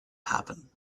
happen